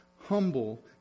humble